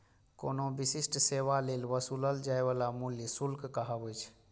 कोनो विशिष्ट सेवा लेल वसूलल जाइ बला मूल्य शुल्क कहाबै छै